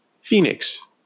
Phoenix